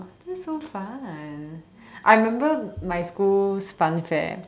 that's so fun I remember my school's funfair